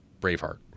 Braveheart